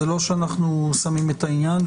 זה לא שאנחנו שמים את העניין,